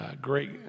great